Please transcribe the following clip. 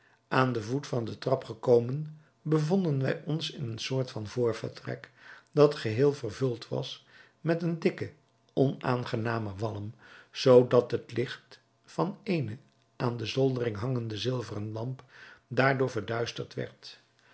aan den voet van den trap gekomen bevonden wij ons in een soort van vrvertrek dat geheel vervuld was met een dikken en onaangenamen walm zoodat het licht van eene aan de zoldering hangende zilveren lamp daardoor verduisterd werd